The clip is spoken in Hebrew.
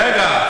רגע.